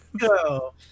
No